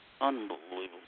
Unbelievable